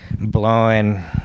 blowing